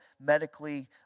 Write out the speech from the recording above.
medically